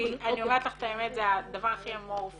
אני אומרת לך את האמת, זה הדבר הכי אמורפי